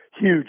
Huge